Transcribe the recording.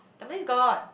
Tampines got